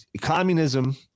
communism